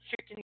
chicken